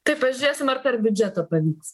tai pažiūrėsim ar per biudžetą pavyks